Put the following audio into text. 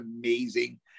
amazing